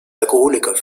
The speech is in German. alkoholiker